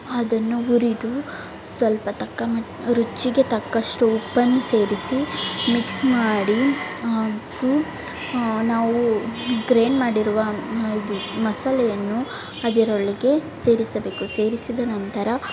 ಅದನ್ನು ಹುರಿದು ಸ್ವಲ್ಪ ತಕ್ಕ ಮಟ್ ರುಚಿಗೆ ತಕ್ಕಷ್ಟು ಉಪ್ಪನ್ನು ಸೇರಿಸಿ ಮಿಕ್ಸ್ ಮಾಡಿ ಹಾಗೂ ನಾವು ಗ್ರೇಂಡ್ ಮಾಡಿರುವ ಇದು ಮಸಾಲೆಯನ್ನು ಅದರೊಳಗೆ ಸೇರಿಸಬೇಕು ಸೇರಿಸಿದ ನಂತರ